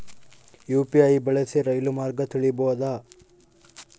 UPI ಬಳಸಿ ರೈಲು ಮಾರ್ಗ ತಿಳೇಬೋದ?